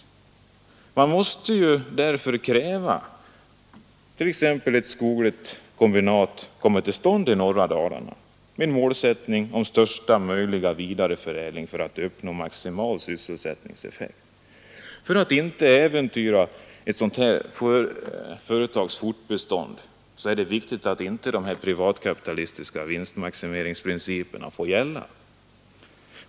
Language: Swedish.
Därför måste man t.ex. kräva att ett skogligt kombinat kommer till stånd i norra Dalarna med målsättningen största möjliga vidareförädling för att uppnå maximal sysselsättningseffekt. Och för att inte äventyra företagets fortbestånd är det viktigt att inte de privatkapitalistiska vinstmaximeringsprinciperna får gälla.